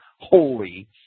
holy